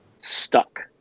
stuck